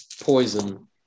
poison